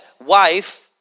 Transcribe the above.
wife